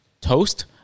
Toast